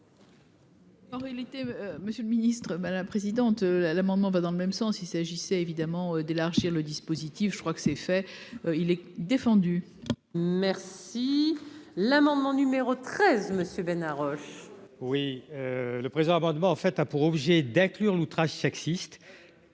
En réalité, Monsieur le Ministre, ma la présidente l'amendement va dans le même sens : il s'agissait évidemment d'élargir le dispositif, je crois que c'est fait, il est défendu. Merci l'amendement numéro 13 Monsieur Bénard Roche. Oui, le président abondement en fait a pour objet d'inclure l'outrage sexiste,